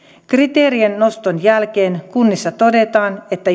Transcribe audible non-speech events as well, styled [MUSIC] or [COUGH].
kriteerien noston jälkeen kunnissa todetaan että [UNINTELLIGIBLE]